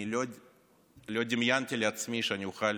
לא דמיינתי לעצמי שאוכל